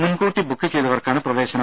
മുൻകൂട്ടി ബുക്ക് ചെയ്തവർക്കാണ് പ്രവേശനം